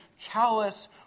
callous